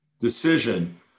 decision